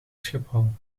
schiphol